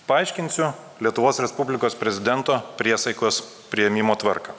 paaiškinsiu lietuvos respublikos prezidento priesaikos priėmimo tvarką